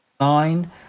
nine